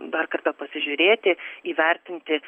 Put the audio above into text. dar kartą pasižiūrėti įvertinti